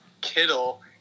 Kittle